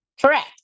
Correct